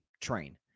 train